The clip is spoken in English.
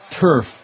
Turf